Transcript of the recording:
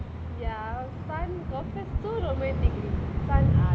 ya sun confessed too romantic already sun ah